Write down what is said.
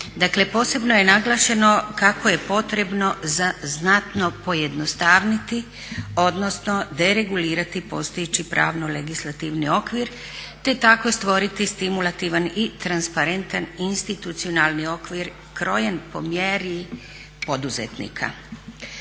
posebno je naglašeno kako je potrebno znatno pojednostaviti odnosno deregulirati postojeći pravno-legislativni okvir te tako stvoriti stimulativan i transparentan institucionalni okvir krojen po mjeri poduzetnika.